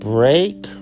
Break